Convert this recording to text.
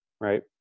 Right